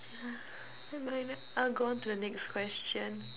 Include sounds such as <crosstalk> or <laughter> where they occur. <noise> never mind I'll go on to the next question